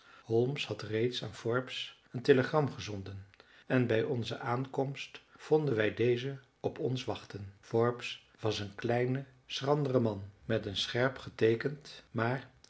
holmes had reeds aan forbes een telegram gezonden en bij onze aankomst vonden wij dezen op ons wachten forbes was een kleine schrandere man met een scherp geteekend maar